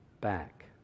back